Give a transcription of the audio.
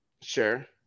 Sure